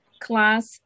class